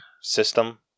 system